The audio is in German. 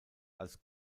als